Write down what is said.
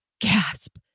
gasp